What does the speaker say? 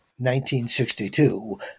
1962